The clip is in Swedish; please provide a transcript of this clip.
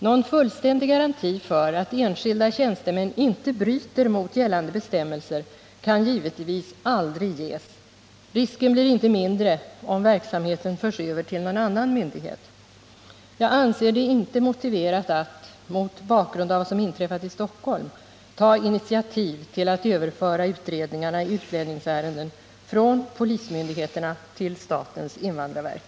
Någon fullständig garanti för att enskilda tjänstemän inte bryter mot gällande bestämmelser kan givetvis aldrig ges. Risken blir inte mindre om verksamheten förs över till någon annan myndighet. Jag anser det inte motiverat att — mot bakgrund av vad som inträffat i Stockholm — ta initiativ till att överföra utredningarna i utlänningsärenden från polismyndigheterna till statens invandrarverk.